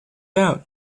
out